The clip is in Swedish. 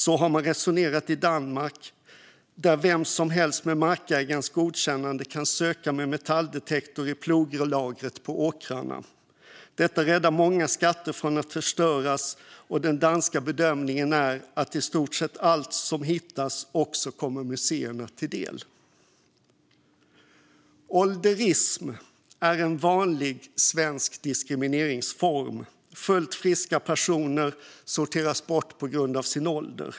Så har man resonerat i Danmark, där vem som helst med markägarens godkännande kan söka med metalldetektor i ploglagret på åkrarna. Detta räddar många skatter från att förstöras. Den danska bedömningen är att i stort sett allt som hittas också kommer museerna till del. Ålderism är en vanlig svensk diskrimineringsform. Fullt friska personer sorteras bort på grund av sin ålder.